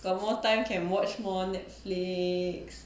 got more time can watch more netflix